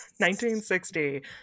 1960